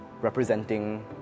representing